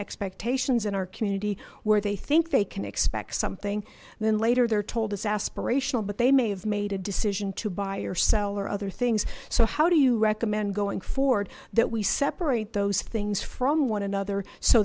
expectations in our community where they think they can expect something then later they're told it's aspirational but they may have made a decision to buy or sell or other things so how do you recommend going forward that we separate those things from one another so